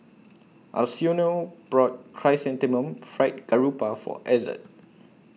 Arsenio bought Chrysanthemum Fried Garoupa For Ezzard